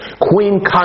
Queen